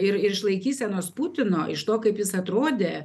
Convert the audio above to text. ir iš laikysenos putino iš to kaip jis atrodė